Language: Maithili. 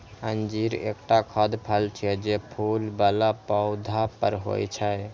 अंजीर एकटा खाद्य फल छियै, जे फूल बला पौधा पर होइ छै